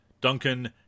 Duncan